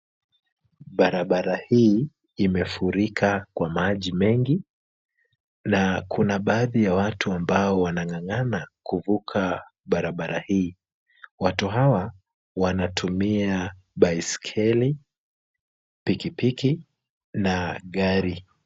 Barabara hii imefurika kwa maji mengi na kuna baadhi ya watu ambao wanang'anga'ana kuvuka barabara hii. Watu hawa wanatumia baiskeli, piki piki na gari.